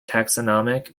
taxonomic